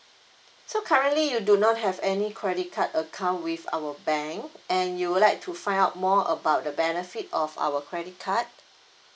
so currently you do not have any credit card account with our bank and you would like to find out more about the benefit of our credit card